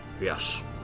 yes